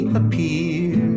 appear